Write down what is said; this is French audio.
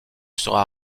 sera